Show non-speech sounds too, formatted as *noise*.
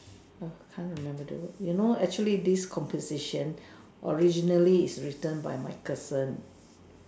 *noise* I can't remember the word you know actually this composition originally is written by my cousin